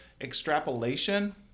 extrapolation